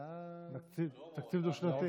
היה, תקציב דו-שנתי.